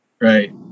Right